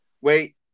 Wait